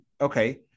Okay